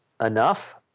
enough